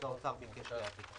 ב-20'.